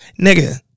Nigga